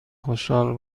خوشحال